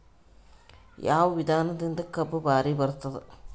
ಯಾವದ ವಿಧಾನದಿಂದ ಕಬ್ಬು ಭಾರಿ ಬರತ್ತಾದ?